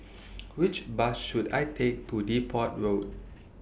Which Bus should I Take to Depot Road